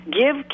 give